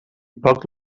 poc